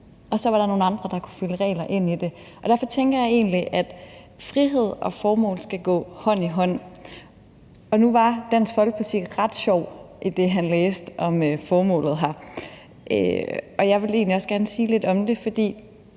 og så var der nogle andre, der kunne fylde regler ind i det. Derfor tænker jeg egentlig, at frihed og formål skal gå hånd i hånd. Nu var Dansk Folkepartis ordfører ret sjov i det, han læste om formålet her, og jeg vil egentlig også gerne sige lidt om det, for